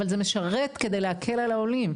אבל זה משרת כדי להקל על העולים,